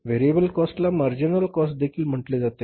variable cost ला marginal cost देखील म्हटले जाते